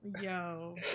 yo